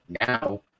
Now